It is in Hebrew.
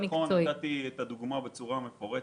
נתתי את הדוגמה בצורה מפורטת.